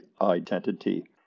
identity